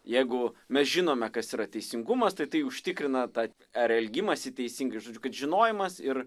jeigu mes žinome kas yra teisingumas tai tai užtikrina tą ar elgimąsi teisingai žodžiu kad žinojimas ir